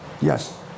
Yes